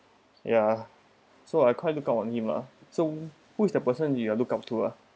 ya so I quite look up on him lah so who is the person you're look up to ah